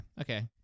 okay